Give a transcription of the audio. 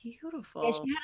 beautiful